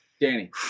Danny